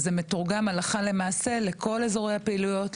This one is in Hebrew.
אז זה מתורגם הלכה למעשה לכל אזורי הפעילויות,